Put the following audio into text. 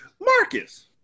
Marcus